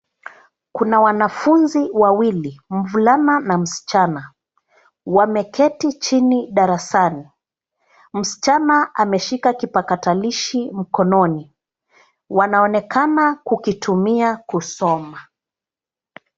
Kuna wanafunzi wawili, mvulana na msichana. Wameketi chini darasani. Msichana ameshika kipakatalishi mkononi. Wanaonekana kukitumia kusoma.